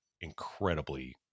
incredibly